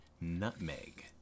nutmeg